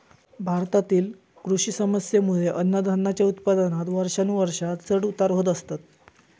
भारतातील कृषी समस्येंमुळे अन्नधान्याच्या उत्पादनात वर्षानुवर्षा चढ उतार होत असतत